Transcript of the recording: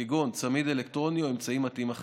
כגון צמיד אלקטרוני או אמצעי מתאים אחר.